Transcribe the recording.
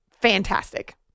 fantastic